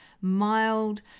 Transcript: mild